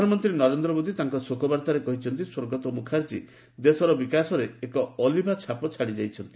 ପ୍ରଧାନମନ୍ତ୍ରୀ ନରେନ୍ଦ୍ର ମୋଦୀ ତାଙ୍କ ଶୋକବାର୍ତ୍ତାରେ କହିଛନ୍ତି ସ୍ୱର୍ଗତ ମୁଖାର୍ଜୀ ଦେଶର ବିକାଶରେ ଏକ ଅଲିଭା ଛାପ ଛାଡ଼ିଯାଇଛନ୍ତି